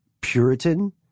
Puritan